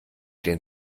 den